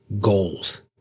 goals